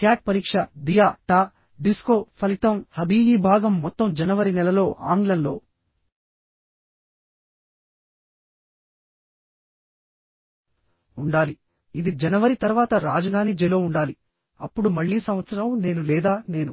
cat పరీక్ష దియా టా డిస్కో ఫలితం హబీ ఈ భాగం మొత్తం జనవరి నెలలో ఆంగ్లంలో ఉండాలి ఇది జనవరి తర్వాత రాజధాని జె లో ఉండాలి అప్పుడు మళ్ళీ సంవత్సరం నేను లేదా నేను